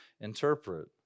interpret